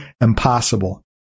impossible